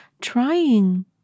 Trying